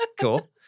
Cool